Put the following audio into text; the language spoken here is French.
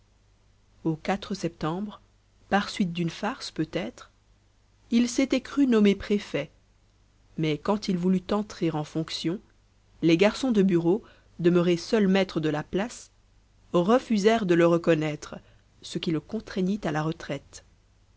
au quatre septembre par suite d'une farce peut-être il s'était cru nommé préfet mais quand il voulut entrer en fonctions les garçons de bureau demeurés seuls maîtres de la place refusèrent de le reconnaître ce qui le contraignit à la retraite